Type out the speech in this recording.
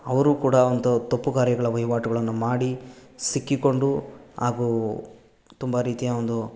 ಅವರು ಕೂಡ ಅಂಥ ತಪ್ಪು ಕಾರ್ಯಗಳ ವಹಿವಾಟುಗಳನ್ನು ಮಾಡಿ ಸಿಕ್ಕಿಕೊಂಡು ಹಾಗೂ ತುಂಬ ರೀತಿಯ ಒಂದು